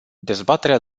dezbaterea